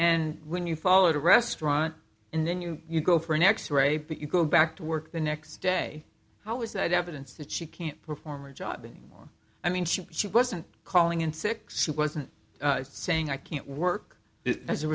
and when you fall at a restaurant and then you you go for an x ray but you go back to work the next day how is that evidence that she can't perform a job and i mean she she wasn't calling in sick soup wasn't saying i can't work as a